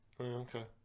okay